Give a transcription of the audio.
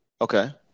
Okay